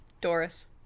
Doris